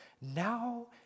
Now